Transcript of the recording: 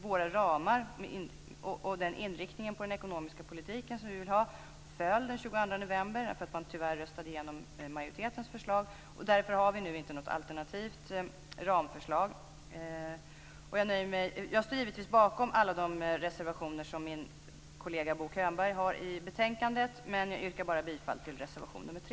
Våra ramar och den inriktning på den ekonomiska politiken som vi vill ha föll den 22 november därför att man tyvärr röstade igenom majoritetens förslag. Därför har vi nu inte något alternativt ramförslag. Jag står givetvis bakom alla de reservationer som min kollega Bo Könberg har i betänkandet, men jag yrkar bifall bara till reservation nr 3.